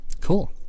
Cool